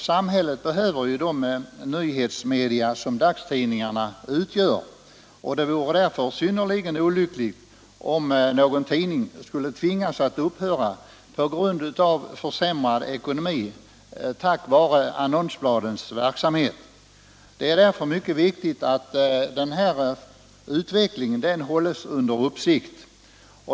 Samhället behöver de nyhetsmedia som dagstidningarna utgör, och det vore därför synnerligen olyckligt om någon tidning skulle tvingas upphöra på grund av försämrad ekonomi till följd av annonsbladens verksamhet. Det är därför mycket viktigt att utvecklingen hålles under uppsikt.